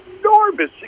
enormous